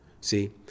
See